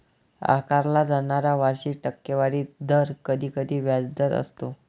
आकारला जाणारा वार्षिक टक्केवारी दर कधीकधी व्याजदर असतो